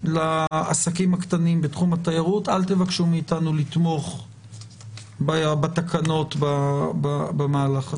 לעסקים הקטנים בתחום התיירות אל תבקשו מאתנו לתמוך בתקנות במהלך הזה.